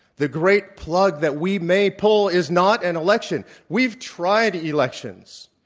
the great plug that we may pull is not an election. we've tried elections.